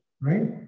right